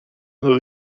though